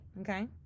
Okay